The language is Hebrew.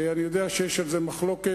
אני יודע שיש על זה מחלוקת.